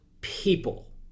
people